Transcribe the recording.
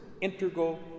integral